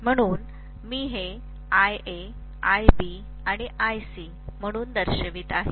म्हणून मी हे IA IB आणि IC म्हणून दर्शवित आहे